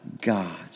God